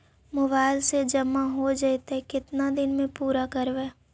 Mobile से जामा हो जैतय, केतना दिन में पुरा करबैय?